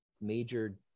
major